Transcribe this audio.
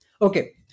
Okay